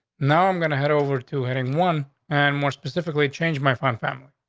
now i'm gonna head over to heading one and more specifically, changed my find family.